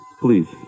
please